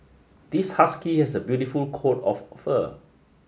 this husky has a beautiful coat of fur